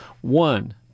one